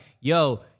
yo